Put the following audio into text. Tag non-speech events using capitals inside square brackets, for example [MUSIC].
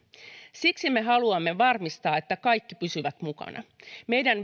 siksi me haluamme varmistaa että kaikki pysyvät mukana meidän [UNINTELLIGIBLE]